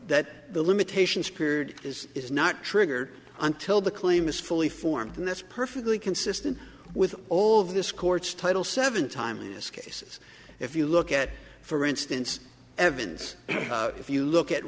that the limitations period is is not triggered until the claim is fully formed and that's perfectly consistent with all of this court's title seven timeliness cases if you look at for instance evidence if you look at